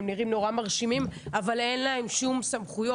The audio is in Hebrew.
הם נראים נורא מרשימים, אבל אין להם שום סמכויות.